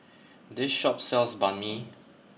this shop sells Banh Mi